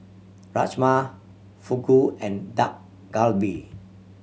Rajma Fugu and Dak Galbi